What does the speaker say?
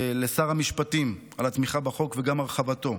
לשר המשפטים על התמיכה בחוק וגם על הרחבתו,